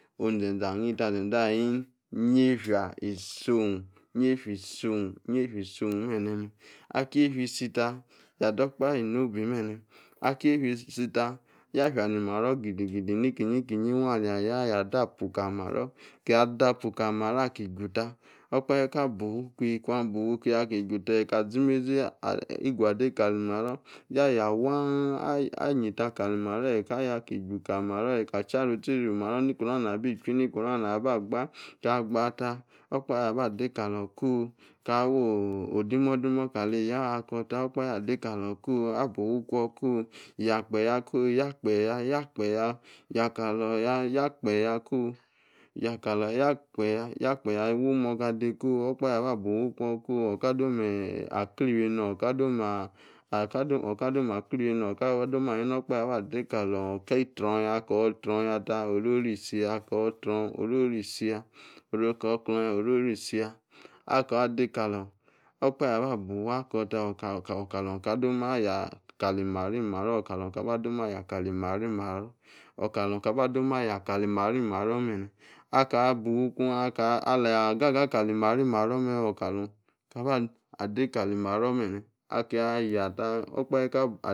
Oh ni zezee anie, ta zezee ahani, yefia isom, yefia isom bene meh, akie, yefia izi ta ya dor, okpahe nobe mene, aki yefia, isi ta ya fia, ni-maro, gidigidi, nekiyi-keyi wa, ya-dapa kalimaro, kia, dapa, kalimaro, aki juta, okpahe, ka bufua, ikwi, ku abu-ufua ikwi, akie, aki juta, eka, zemezi-gude kam maro, ya-yawaan, ya yeta kalimaro, eka atia rutie arey maro, nebi-choi nekona aba gba, ka, gba ta, okapahe aba dekalor, ko ka-wor odi-mo-dimo kali, eya akm ta okpahe adekalor, abu ufua ikwo-ko, yakpe ya-ko, yakpeya, ewa morga de ko-okpahe aba, bufua ikwo ko, oka domi akli-iwi ennor oka, doma akli-iwi ennor okpahe aba, dekalor, oki tronya ta, oro-yi, isi ya kor trongi, oro-ri isi ya, aka, dekalor, okpahe aba bufua akor, ekalor, ka doma-aya kali mari-mara, okalor ka-ba doma aya, kali mari-maro okalor, kaba doma aya kali, mari-maro meme, aka, bufua iku akie aleyi, agaga, kali-maro mem, okalor, kaba atade kali-maro, bene, akia-ayata okpahe ka buo.